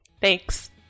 Thanks